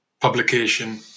publication